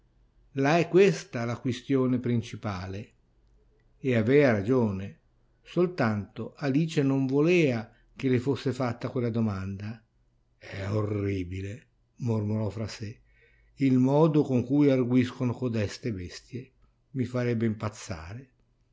la è questa la quistione principale e avea ragione soltanto alice non volea che le fosse fatta quella domanda è orribile mormorò fra sè il modo con cui arguiscono coteste bestie mi farebbero impazzare